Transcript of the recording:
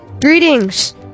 Greetings